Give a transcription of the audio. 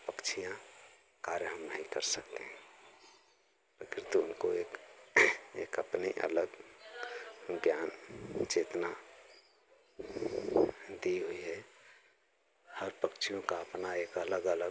पक्षियाँ कार्य हम नहीं कर सकते हैं किन्तु उनको एक एक अपनी अलग ज्ञान जितना दी हुई है हर पक्षियों का अपना एक अलग अलग